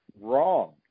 wrong